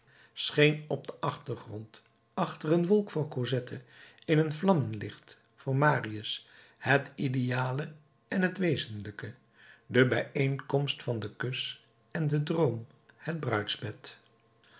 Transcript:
scheen op den achtergrond achter een wolk voor cosette in een vlammenlicht voor marius het ideale en het wenzenlijke de bijeenkomst van den kus en den droom het bruidsbed